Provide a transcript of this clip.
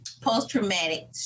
post-traumatic